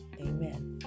Amen